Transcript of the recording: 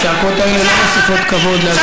הוא לא יכול לא לענות לי.